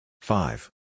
Five